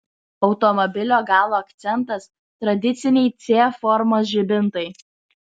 automobilio galo akcentas tradiciniai c formos žibintai